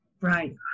Right